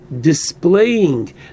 displaying